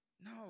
No